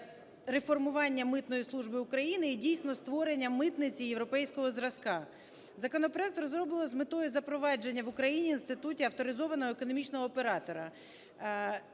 реформування Митної служби України і дійсно створення митниці європейського зразка. Законопроект розроблено з метою запровадження в Україні інститутів авторизованого економічного оператора.